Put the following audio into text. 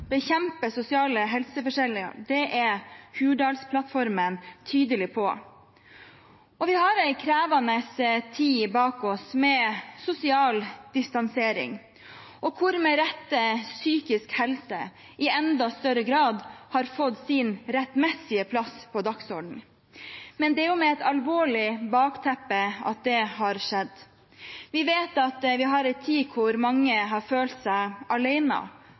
bekjempe sosiale helseforskjeller. Det er Hurdalsplattformen tydelig på. Vi har en krevende tid bak oss med sosial distansering, og hvor psykisk helse i enda større grad har fått sin rettmessige plass på dagsordenen. Men det er med et alvorlig bakteppe at det har skjedd. Vi vet at vi har en tid da mange har følt seg